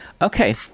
Okay